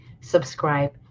Subscribe